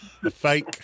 fake